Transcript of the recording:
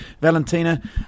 Valentina